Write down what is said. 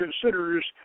considers